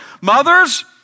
Mothers